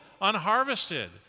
unharvested